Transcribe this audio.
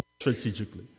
strategically